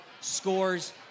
scores